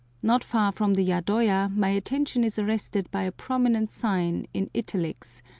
not far from the yadoya my attention is arrested by a prominent sign, in italics,